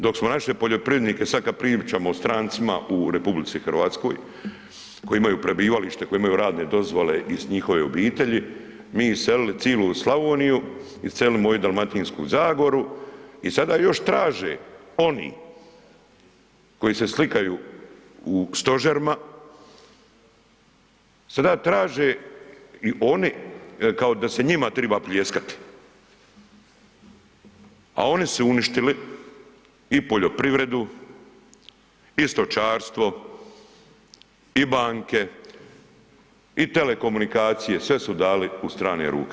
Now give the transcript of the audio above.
Dok smo naše poljoprivrednike, sad kad pričamo o stancima u RH koji imaju prebivalište, koji imaju radne dozvole i njihove obitelji, mi iselili cilu Slavoniju, iselili moju Dalmatinsku zagoru i sada još traže oni koji se slikaju u stožerima, sada traže oni kao da se njima triba pljeskati, a oni su uništili i poljoprivredu i stočarstvo i banke i telekomunikacije, sve su dali u strane ruke.